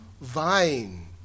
vine